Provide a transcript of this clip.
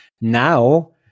Now